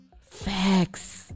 Facts